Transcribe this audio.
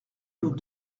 nous